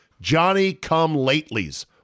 Johnny-come-latelys